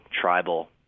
tribal